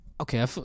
Okay